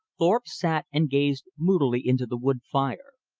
thorpe sat and gazed moodily into the wood fire,